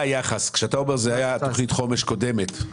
כשאתה אומר שזאת הייתה תכנית חומש קודמת,